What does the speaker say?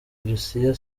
russia